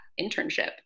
internship